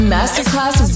Masterclass